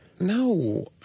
No